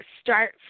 start